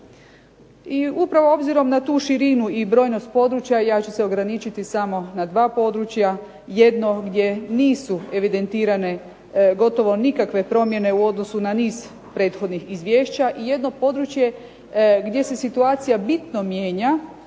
I upravo obzirom na tu širinu i brojnost područja, ja ću se ograničiti samo na dva područja, jedno je nisu evidentirane gotovo nikakve promjene u odnosu na niz prethodnih izvješća, i jedno područje gdje se situacija bitno mijenja,